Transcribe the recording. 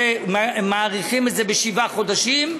שמאריכים את זה בשבעה חודשים,